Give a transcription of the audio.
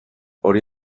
hori